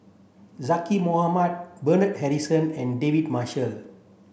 Zaqy Mohamad Bernard Harrison and David Marshall